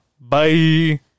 Bye